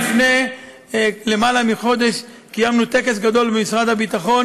לפני יותר מחודש קיימנו טקס גדול במשרד הביטחון